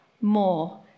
more